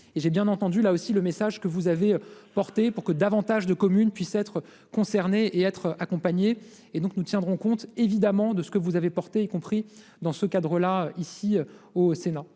et j'ai bien entendu là aussi le message que vous avez porté pour que davantage de communes puissent être concernés et être accompagné et donc nous tiendrons compte évidemment de ce que vous avez porté y compris dans ce cadre là ici au Sénat,